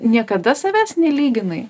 niekada savęs nelyginai